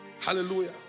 Hallelujah